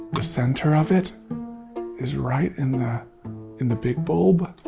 the center of it is right in the in the big bulb.